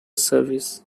service